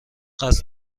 قصد